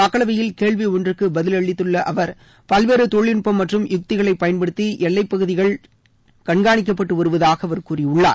மக்களவையில் கேள்வி ஒன்றுக்கு பதிலளித்துள்ள அவர் பல்வேறு தொழில் நட்பம் மற்றும் யுக்திகளை பயன்படுத்தி எல்லைப் பகுதிகள் கண்காணிக்கப்பட்டு வருவதாக அவர் கூறியுள்ளார்